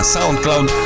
SoundCloud